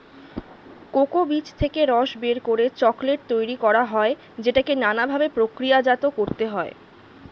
cocoa বীজ থেকে রস বের করে চকোলেট তৈরি করা হয় যেটাকে নানা ভাবে প্রক্রিয়াজাত করতে হয়